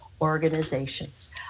organizations